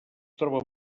troba